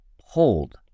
hold